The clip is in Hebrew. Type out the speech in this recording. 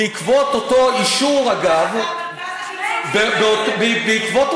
מרכז, בעקבות אותו אישור, אגב, אתה